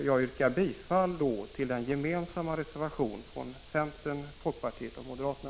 Jag yrkar bifall till den gemensamma reservationen från centern, folkpartiet och moderaterna.